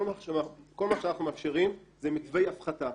כל מה שאנחנו מאפשרים זה מתווי הפחתה.